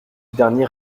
dernier